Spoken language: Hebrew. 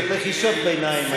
זה לחישות ביניים.